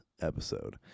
episode